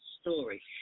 story